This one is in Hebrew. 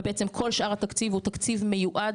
ובעצם כל שאר התקציב הוא תקציב מיועד,